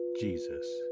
Jesus